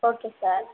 okay sir